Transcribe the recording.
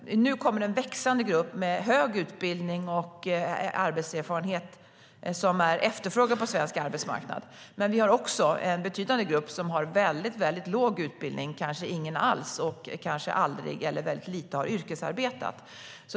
Nu kommer en växande grupp som har hög utbildning och arbetserfarenhet som är efterfrågad på svensk arbetsmarknad. Men vi har också en betydande grupp som har mycket låg utbildning, kanske ingen alls, och som kanske aldrig har yrkesarbetat eller bara lite.